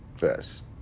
best